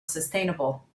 sustainable